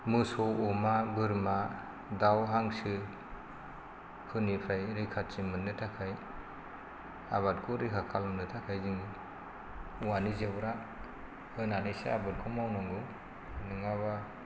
मोसौ अमा बोरमा दाउ हांसोफोरनिफ्राय रैखाथि मोननो थाखाय आबादखौ रैखा खालामनो थाखाय जोङो औवानि जेवरा होनानैसो आबादखौ मावनांगौ नङाबा